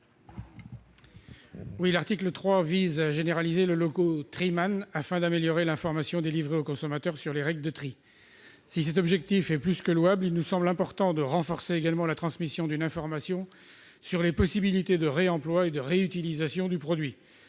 L'article 3 vise à généraliser le logo Triman afin d'améliorer l'information délivrée aux consommateurs sur les règles de tri. Si cet objectif est plus que louable, il nous semble important de renforcer également la transmission d'une information sur les possibilités de réemploi et de réutilisation du produit.